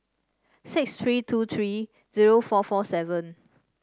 six tree two tree zero four four seven